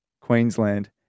Queensland